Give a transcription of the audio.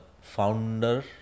founder